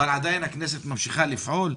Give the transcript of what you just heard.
אבל עדיין הכנסת ממשיכה לפעול.